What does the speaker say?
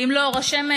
ואם לא אור השמש,